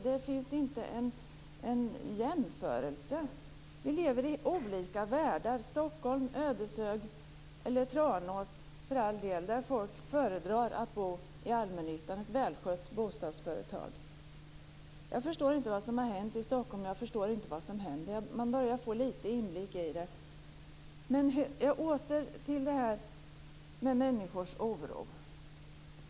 Det går inte att jämföra våra olika världar. I motsats till Stockholm föredrar folk i Ödeshög eller Tranås att bo i ett välskött bostadsföretag inom allmännyttan. Jag förstår inte vad som har hänt och vad som händer i Stockholm, men jag börjat att få lite inblick i det. Åter till detta med människors oro.